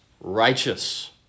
righteous